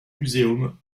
muséum